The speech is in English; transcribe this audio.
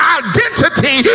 identity